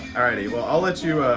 all righty, well, i'll let you